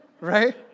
right